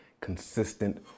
consistent